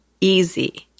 easy